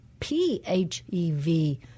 PHEV